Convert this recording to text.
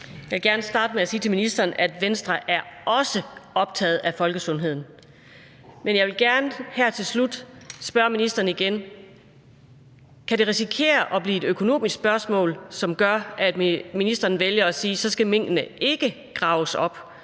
Jeg vil gerne starte med at sige til ministeren, at Venstre også er optaget af folkesundheden. Men jeg vil gerne her til slut spørge ministeren igen: Kan det risikere at blive et økonomisk spørgsmål, som gør, at ministeren vælger at sige, at så skal minkene ikke graves op,